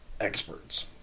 experts